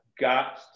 got